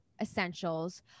essentials